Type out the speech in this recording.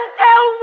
tell